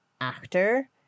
actor